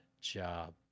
job